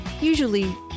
Usually